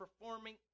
Performing